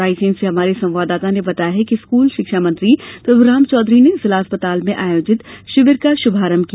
रायसेन से हमारे संवाददाता ने बताया है कि स्कूल शिक्षा मंत्री प्रभुराम चौधरी ने जिला चिकित्सालय में आयोजित शिविर का शुभारम्म किया